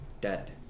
dead